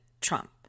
Trump